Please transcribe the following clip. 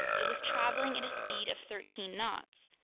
it was traveling at a speed of thirteen knots.